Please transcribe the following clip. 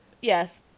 yes